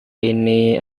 ini